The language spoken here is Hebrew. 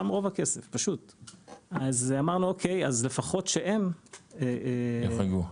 אז אמרנו שלפחות שהם -- יוחרגו.